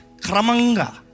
Kramanga